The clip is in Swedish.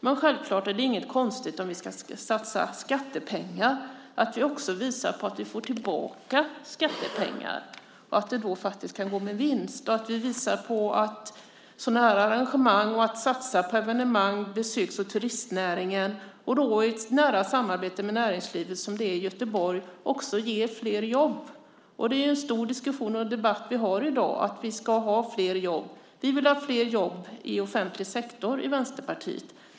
Men om vi ska satsa skattepengar är det självklart inte konstigt att vi också visar att vi får tillbaka skattepengar och att det då faktiskt kan gå med vinst, och att vi visar att satsningar på sådana här arrangemang och på besöks och turistnäringen i ett nära samarbete med näringslivet, som i Göteborg, också ger flera jobb. Och det förs ju en stor diskussion och debatt i dag om att vi ska skapa flera jobb. Vi i Vänsterpartiet vill ha flera jobb i offentlig sektor.